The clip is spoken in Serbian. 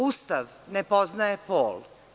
Ustav ne poznaje pol.